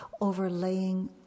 overlaying